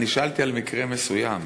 שאלתי על מקרה מסוים,